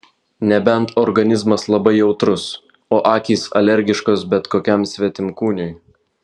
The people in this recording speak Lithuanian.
nebent organizmas labai jautrus o akys alergiškos bet kokiam svetimkūniui